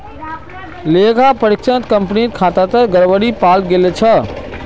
लेखा परीक्षणत कंपनीर खातात गड़बड़ी पाल गेल छ